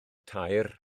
tair